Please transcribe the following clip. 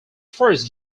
first